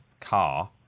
car